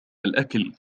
الأكل